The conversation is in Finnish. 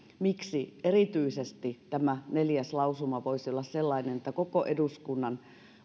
miksi erityisesti tämä neljäs lausuma voisi olla sellainen että koko eduskunnan